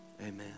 amen